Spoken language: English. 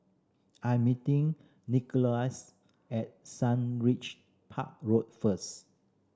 I am meeting Nikolas at Sundridge Park Road first